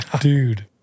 dude